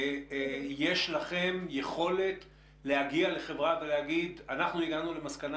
יש לכם יכולת להגיע לחברה ולהגיד שהגעתם למסקנה